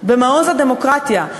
במעוז הדמוקרטיה,